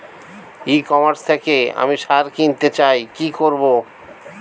ই commerce থেকে আমি সার কিনতে চাই কি করব?